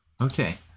Okay